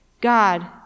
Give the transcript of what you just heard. God